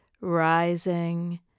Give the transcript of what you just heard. rising